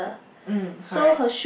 mm correct